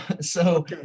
so-